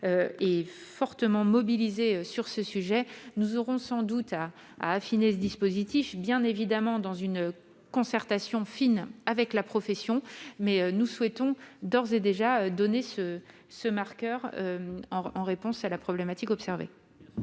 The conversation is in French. est fortement mobilisé sur ce sujet. Nous aurons sans doute à affiner ce dispositif, en étroite concertation avec la profession, mais nous souhaitons d'ores et déjà fixer ce marqueur, en réponse à la problématique actuelle.